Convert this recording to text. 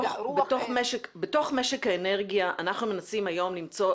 בתוך משק האנרגיה אנחנו מנסים היום למצוא